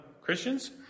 Christians